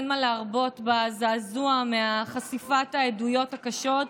אין מה להרבות בזעזוע מחשיפת העדויות הקשות,